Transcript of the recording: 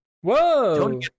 Whoa